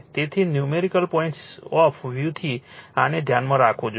તેથી numerical point of વ્યૂથી આને ધ્યાનમાં રાખવું જોઈએ